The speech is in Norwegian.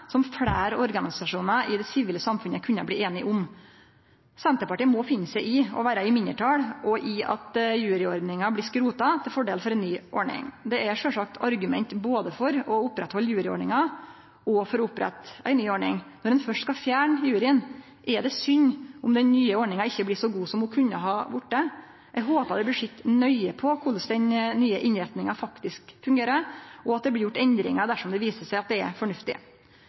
som fleire organisasjonar i det sivile samfunnet kunne ha vorte einige om. Senterpartiet må finne seg i å vere i mindretal og i at juryordninga blir skrota til fordel for ei ny ordning. Det er sjølvsagt argument både for å oppretthalde juryordninga og for å opprette ei ny ordning. Når ein først skal fjerne juryen, er det synd om den nye ordninga ikkje blir så god som ho kunne ha vorte. Eg håpar det blir sett nøye på korleis den nye innretninga faktisk fungerer, og at det blir gjort endringar dersom det viser seg at det er fornuftig.